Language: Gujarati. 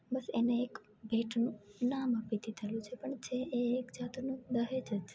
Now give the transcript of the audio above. બસ એને એક ભેટનું નામ આપી દીધેલું છે પણ છે એ એક જાતનું દહેજ જ